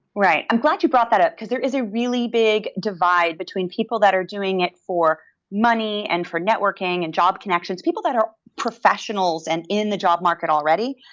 right. i'm glad you brought that up, because there is a really big divide between people that are doing it for money and for networking and job connections, people that are professionals and in the job market already,